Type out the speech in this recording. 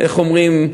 איך אומרים,